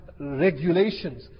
Regulations